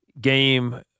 game